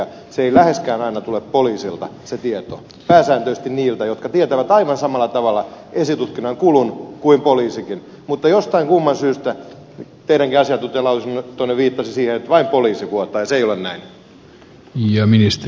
se tieto ei läheskään aina tule poliisilta vaan pääsääntöisesti niiltä jotka tietävät aivan samalla tavalla esitutkinnan kulun kuin poliisikin mutta jostain kumman syystä teidänkin asiantuntijalausuntonne viittasi siihen että vain poliisi vuotaa ja se ei ole näin